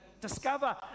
discover